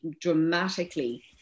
dramatically